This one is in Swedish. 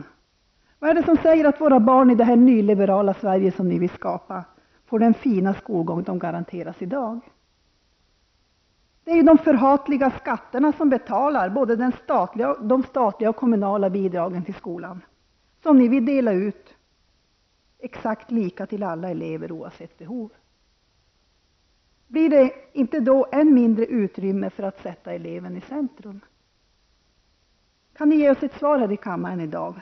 Och vad är det som säger att barnen i det nyliberala Sverige som ni vill skapa får samma fina skolgång som barnen i dag garanteras? Det är ju de förhatliga skatterna som betalar både de statliga och de kommunala bidragen till skolan. Här vill ni ju dela exakt lika mellan alla elever, oavsett behov. Blir det då inte ett ännu mindre utrymme när det gäller att sätta eleven i centrum? Kan ni ge ett svar här i kammaren i dag?